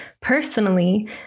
personally